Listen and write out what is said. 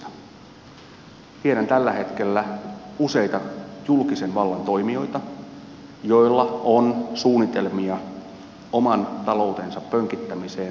tiedän tällä hetkellä useita julkisen vallan toimijoita joilla on suunnitelmia oman taloutensa pönkittämiseen tulevaisuuden varalle